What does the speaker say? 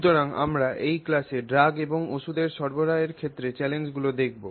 সুতরাং আমরা এই ক্লাসে ড্রাগ এবং ওষুধ সরবরাহের ক্ষেত্রে চ্যালেঞ্জগুলি দেখব